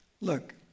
look